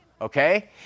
Okay